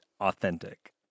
authentic